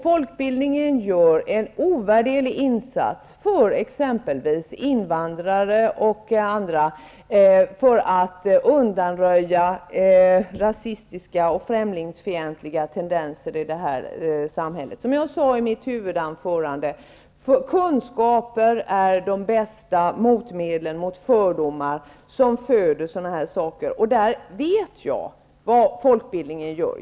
Folkbildningen gör en ovärderlig insats för invandrare och andra för att undanröja rasistiska och främlingsfientliga tendenser i samhället. Det är som jag sade i mitt huvudanförande: Kunskaper är de bästa motmedlen mot fördomar som föder sådana här tendenser. Där vet jag vad folkbildningen gör.